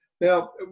Now